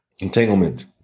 Entanglement